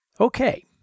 Okay